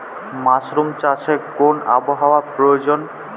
Mushroom চাষে কেমন আবহাওয়ার প্রয়োজন?